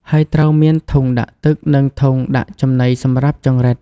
ហើយត្រូវមានធុងដាក់ទឹក និងធុងដាក់ចំណីសម្រាប់ចង្រិត។